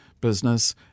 business